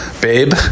babe